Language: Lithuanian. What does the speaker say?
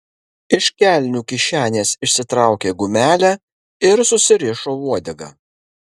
iš kelnių kišenės išsitraukė gumelę ir susirišo uodegą